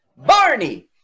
Barney